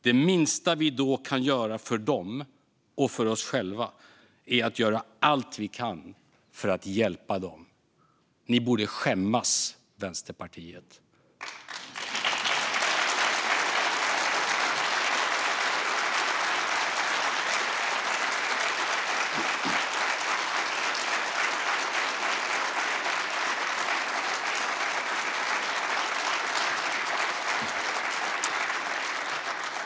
Det minsta vi då kan göra för dem och för oss själva är att göra allt vi kan för att hjälpa dem. Ni borde skämmas, Vänsterpartiet!